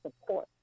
support